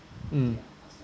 mm